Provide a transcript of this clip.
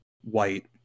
white